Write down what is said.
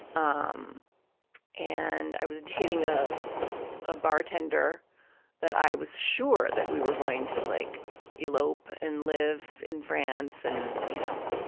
um and i was dating a ah bartender that i was sure that we were going to like elope and live in france and, you know,